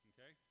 Okay